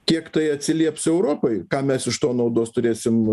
kiek tai atsilieps europai ką mes iš to naudos turėsim